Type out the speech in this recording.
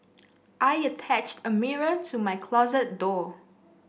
I attached a mirror to my closet door